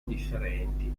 differenti